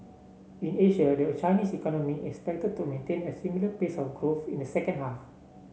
in Asia the Chinese economy is expected to maintain a similar pace of growth in the second half